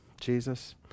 Jesus